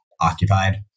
occupied